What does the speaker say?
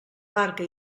barca